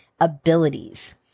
abilities